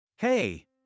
Hey